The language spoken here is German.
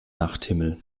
nachthimmel